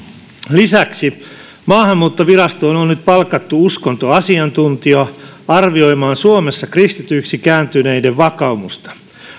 lisäksi maahanmuuttovirastoon on nyt palkattu uskontoasiantuntija arvioimaan suomessa kristityiksi kääntyneiden vakaumusta